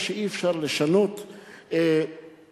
אני יודע שאי-אפשר לשנות דברים,